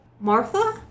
Martha